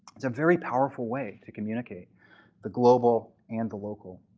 it's a very powerful way to communicate the global and local.